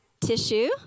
tissue